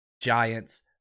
Giants